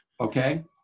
Okay